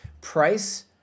Price